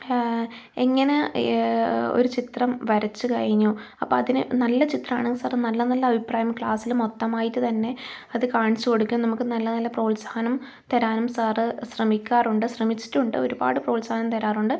എങ്ങനെ ഒരു ചിത്രം വരച്ചു കഴിഞ്ഞു അപ്പം അതിനെ നല്ല ചിത്രമാണ് സർ നല്ല നല്ല അഭിപ്രായം ക്ലാസ്സിൽ മൊത്തമായിട്ട് തന്നെ അത് കാണിച്ചു കൊടുക്കാൻ നമുക്ക് നല്ല നല്ല പ്രോത്സാഹനം തരാനും സാറ് ശ്രമിക്കാറുണ്ട് ശ്രമിച്ചിട്ടുണ്ട് ഒരുപാട് പ്രോത്സാഹനം തരാറുണ്ട്